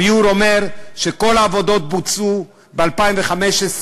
הביאור אומר שכל העבודות בוצעו ב-2015,